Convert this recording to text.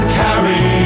carry